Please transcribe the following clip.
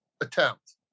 attempt